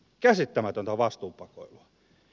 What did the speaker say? käsittämätöntä vastuun pakoilua